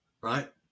right